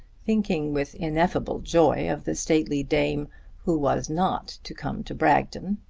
thinking with ineffable joy of the stately dame who was not to come to bragton.